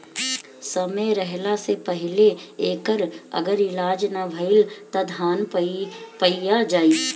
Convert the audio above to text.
समय रहला से पहिले एकर अगर इलाज ना भईल त धान पइया जाई